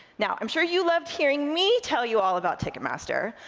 now, i'm sure you loved hearing me tell you all about ticketmaster,